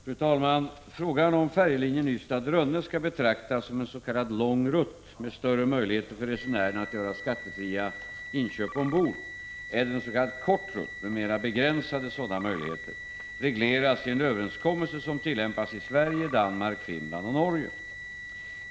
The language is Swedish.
Fru talman! Frågan om färjelinjen Ystad-Rönne skall betraktas som en s.k. lång rutt — med större möjligheter för resenärerna att göra skattefria inköp ombord — eller en s.k. kort rutt — med mer begränsade sådana möjligheter — regleras i en överenskommelse som tillämpas i Sverige, Danmark, Finland och Norge.